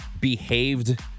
behaved